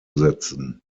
setzen